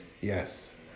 Yes